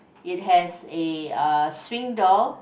it has a uh swing door